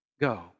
go